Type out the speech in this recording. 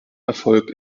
erfolg